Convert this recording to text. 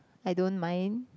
I don't mind